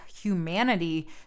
humanity